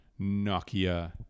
Nokia